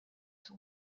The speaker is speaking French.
son